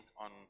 on